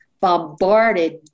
bombarded